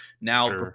now